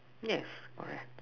yes correct